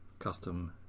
custom.